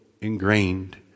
ingrained